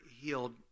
healed